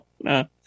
no